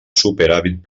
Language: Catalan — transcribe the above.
superàvit